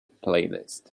playlist